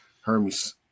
Hermes